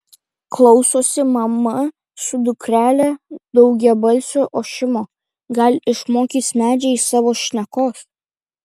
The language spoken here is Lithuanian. klausosi mama su dukrele daugiabalsio ošimo gal išmokys medžiai savo šnekos